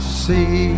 see